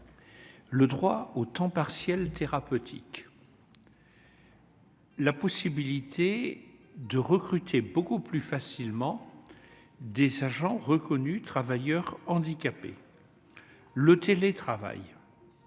le droit au temps partiel thérapeutique, la possibilité de recruter beaucoup plus facilement des agents reconnus travailleurs handicapés, le télétravail.